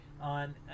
on